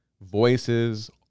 voices